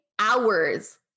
hours